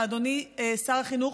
ואדוני שר החינוך,